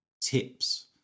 tips